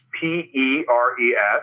P-E-R-E-S